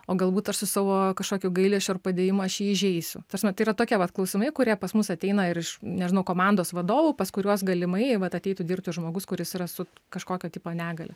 o galbūt aš su savo kažkokiu gailesčiu ar padėjimu aš jį įžeisiu ta prasme tai yra tokie vat klausimai kurie pas mus ateina ir iš nežinau komandos vadovų pas kuriuos galimai vat ateitų dirbti žmogus kuris yra su kažkokio tipo negalia